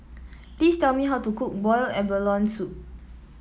please tell me how to cook Boiled Abalone Soup